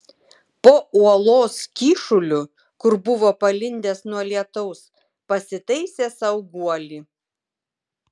po uolos kyšuliu kur buvo palindęs nuo lietaus pasitaisė sau guolį